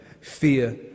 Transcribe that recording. fear